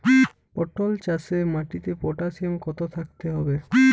পটল চাষে মাটিতে পটাশিয়াম কত থাকতে হবে?